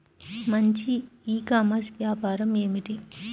మంచి e commerce వ్యాపారం ఏమిటీ?